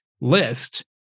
list